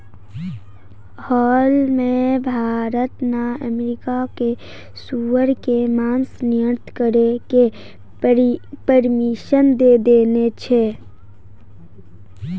हाल मॅ भारत न अमेरिका कॅ सूअर के मांस निर्यात करै के परमिशन दै देने छै